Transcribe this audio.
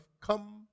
come